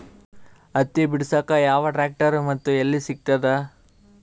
ಹತ್ತಿ ಬಿಡಸಕ್ ಯಾವ ಟ್ರ್ಯಾಕ್ಟರ್ ಮತ್ತು ಎಲ್ಲಿ ಸಿಗತದ?